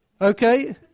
Okay